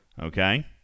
Okay